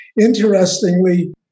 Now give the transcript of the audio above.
Interestingly